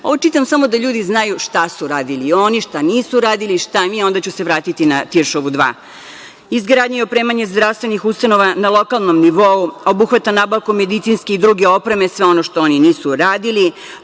čitam samo da ljudi znaju šta su radili oni, šta nisu uradili, šta mi, a onda ću se vratiti na „Tiršovu 2“.Izgradnja i opremanje zdravstvenih ustanova na lokalnom nivou obuhvata nabavku medicinske i druge opreme i sve ono što oni nisu uradili.